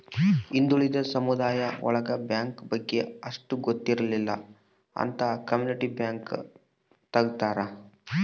ಹಿಂದುಳಿದ ಸಮುದಾಯ ಒಳಗ ಬ್ಯಾಂಕ್ ಬಗ್ಗೆ ಅಷ್ಟ್ ಗೊತ್ತಿರಲ್ಲ ಅಂತ ಕಮ್ಯುನಿಟಿ ಬ್ಯಾಂಕ್ ತಗ್ದಾರ